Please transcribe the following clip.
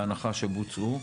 בהנחה שבוצעו,